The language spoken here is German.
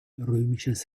römisches